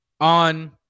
on